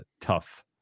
tough